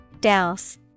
Douse